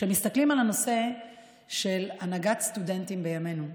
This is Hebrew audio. כשמסתכלים על הנושא של הנהגת סטודנטים בימינו,